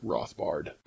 Rothbard